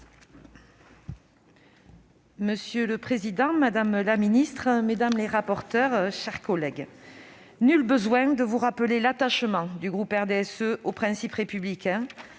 Monsieur le président, madame la ministre, mes chers collègues, nul besoin de vous rappeler l'attachement du groupe du RDSE aux principes républicains,